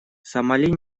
сомали